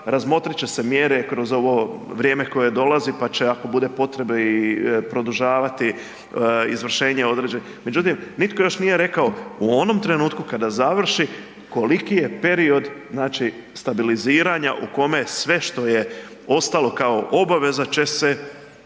razmotrit će se mjere kroz ovo vrijeme koje dolazi pa će ako bude potrebe i produžavati izvršenje određene, međutim nitko još nije rekao u onom trenutku kada završi koliki je period stabiliziranja u kome sve što je ostalo kao obaveza će se na neki